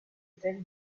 hotel